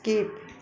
skip